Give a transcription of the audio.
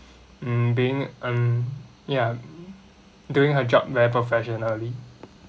mm being um ya doing her job very professionally